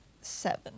seven